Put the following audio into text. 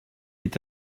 est